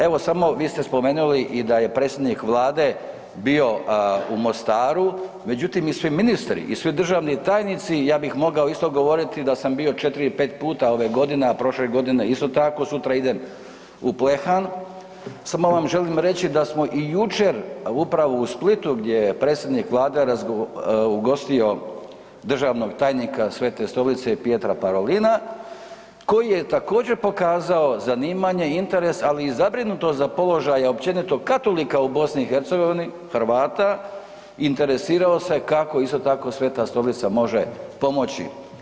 Evo, samo vi ste spomenuli i da je predsjednik Vlade bio u Mostaru međutim i svi ministri i svi državni tajnici ja bih mogao isto govoriti da sam bio 4-5 puta ove godine, a prošle godine isto tako, sutra idem u Plehan, samo vam želim reći da smo i jučer upravo u Splitu gdje je predsjednik Vlade ugostio državnog tajnika Svete stolice Pietra Parolina koji je također pokazao zanimanje, interes ali i zabrinutost za položaj općenito katolika u BiH, Hrvata, interesirao se kako isto tako Sveta stolica može pomoći.